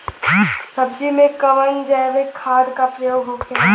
सब्जी में कवन जैविक खाद का प्रयोग होखेला?